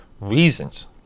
reasons